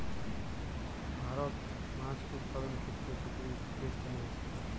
ভারত মাছ উৎপাদনের ক্ষেত্রে পৃথিবীতে তৃতীয় স্থানে আছে